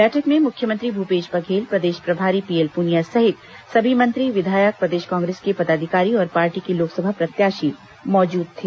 बैठक में मुख्यमंत्री भूपेश बघेल प्रदेश प्रभारी पीएल पुनिया सहित सभी मंत्री विधायक प्रदेश कांग्रेस के पदाधिकारी और पार्टी के लोकसभा प्रत्याशी मौजूद थे